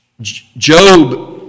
Job